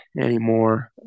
anymore